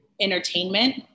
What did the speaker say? entertainment